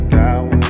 down